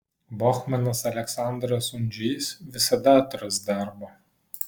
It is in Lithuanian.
bocmanas aleksandras undžys visada atras darbo